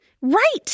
Right